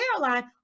caroline